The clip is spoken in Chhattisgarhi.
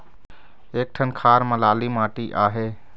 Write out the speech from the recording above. एक ठन खार म लाली माटी आहे?